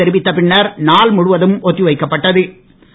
தெரிவித்த பின்னர் நாள் முழுவதும் ஒத்திவைக்கப்பட்டன